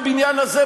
בבניין הזה,